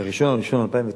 ב-1 בינואר 2009